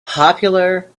popular